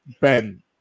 Ben